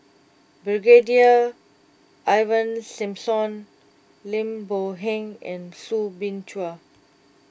Brigadier Ivan Simson Lim Boon Heng and Soo Bin Chua